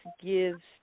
gives